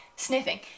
sniffing